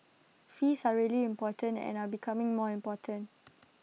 fees are really important and are becoming more important